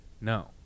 No